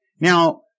Now